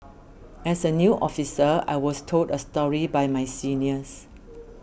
as a new officer I was told a story by my seniors